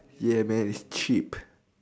ya man it's cheap